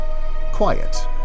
Quiet